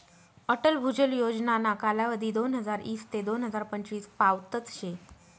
अटल भुजल योजनाना कालावधी दोनहजार ईस ते दोन हजार पंचवीस पावतच शे